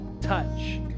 touch